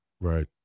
Right